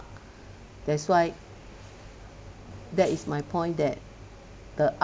that's why that is my point that the art